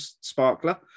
sparkler